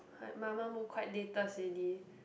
mamamoo quite latest ready